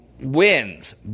wins